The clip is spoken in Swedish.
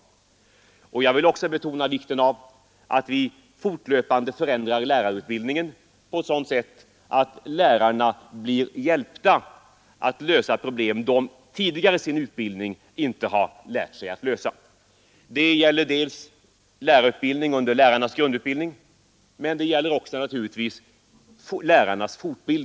Jag vill även betona vikten av att vi fortlöpande förändrar lärarutbildningen på ett sådant sätt att lärarna får hjälp att lösa problem som de i sin tidigare utbildning inte har lärt sig att lösa. Det gäller dels lärarnas grundutbildning, dels lärarnas fortbildning. Jag hoppas 161 11 Riksdagens protokoll 1972.